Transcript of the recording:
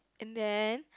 and then